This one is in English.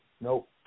nope